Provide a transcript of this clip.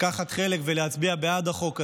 לקחת חלק ולהצביע בעד החוק הזה.